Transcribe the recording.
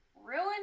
Ruin